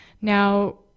Now